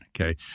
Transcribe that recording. okay